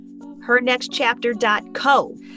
hernextchapter.co